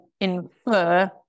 infer